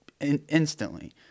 instantly